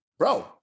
bro